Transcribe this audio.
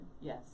yes